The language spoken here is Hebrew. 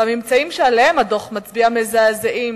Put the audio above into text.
והממצאים שהדוח מצביע עליהם מזעזעים,